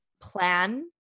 plan